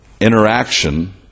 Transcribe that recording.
interaction